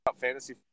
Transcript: fantasy